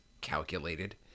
calculated